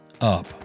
up